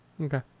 Okay